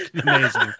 Amazing